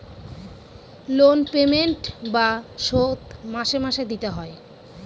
loan payment বা শোধ মাসে মাসে দিতে হয়